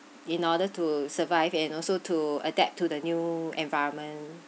in order to survive and also to adapt to the new environment